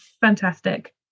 Fantastic